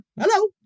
Hello